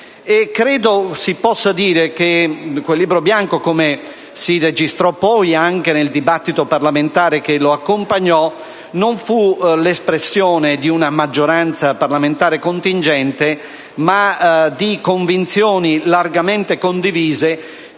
Credo si possa dire che quel libro bianco, come si registrò poi nel dibattito parlamentare che lo accompagnò, fu l'espressione non di una maggioranza parlamentare contingente, ma di convinzioni largamente condivise,